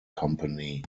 company